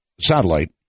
satellite